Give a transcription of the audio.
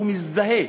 הוא מזהה,